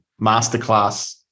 masterclass